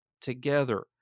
together